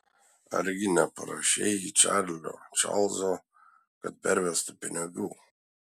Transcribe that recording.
argi neprašei čarlio čarlzo kad pervestų pinigų